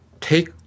take